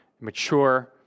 mature